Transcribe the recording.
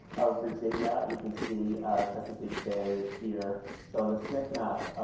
of virginia. you can see chesapeake bay here. so in the smith map,